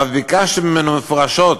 ואף ביקשתי ממנו מפורשות